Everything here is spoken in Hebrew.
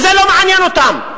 זה לא מעניין אותם.